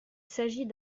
s’agit